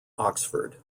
oxford